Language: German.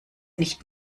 nicht